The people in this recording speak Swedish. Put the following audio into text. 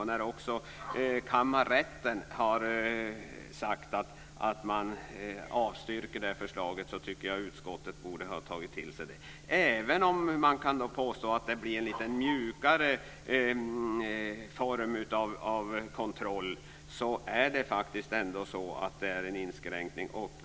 När också kammarrätten har sagt att man avstyrker det här förslaget tycker jag att utskottet borde ha tagit till sig det. Även om man kan påstå att det blir en lite mjukare form av kontroll är det faktiskt en integritetskränkning.